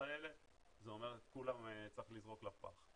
האלה זה אומר שאת כולן צריך לזרוק לפח,